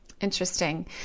Interesting